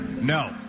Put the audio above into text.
No